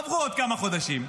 עברו עוד כמה חודשים.